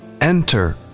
enter